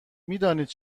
میدانید